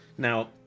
Now